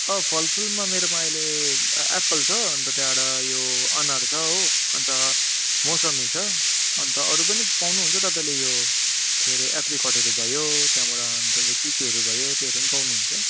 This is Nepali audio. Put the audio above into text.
अँ फलफुलमा मेरोमा अहिले एप्पल छ अन्त त्यहाँबाट यो अनार छ हो अन्त मौसमी छ अन्त अरू पनि पाउनुहुन्छ तपाईँले यो के अरे एप्रिकेटहरू भयो त्यहाँबाट अन्त यो चिकुहरू भयो त्योहरू पनि पाउनुहुन्छ